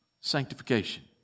sanctification